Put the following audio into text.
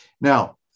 Now